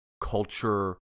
culture